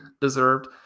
deserved